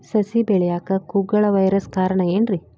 ಸಸಿ ಬೆಳೆಯಾಕ ಕುಗ್ಗಳ ವೈರಸ್ ಕಾರಣ ಏನ್ರಿ?